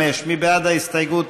65, מי בעד ההסתייגות?